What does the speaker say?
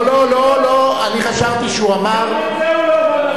גם את זה הוא לא אמר נכון, שום דבר.